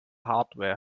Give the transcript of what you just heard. hardware